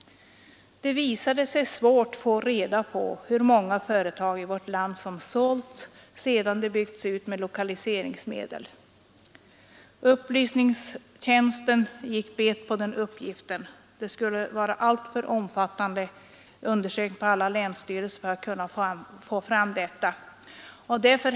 Det har visat sig svårt att få reda på hur många företag i vårt land som sålts sedan de byggts ut med lokaliseringsmedel. Upplysningstjänsten gick bet på den uppgiften; det krävdes alltför omfattande undersökningar på alla länsstyrelser för att få fram sådana siffror.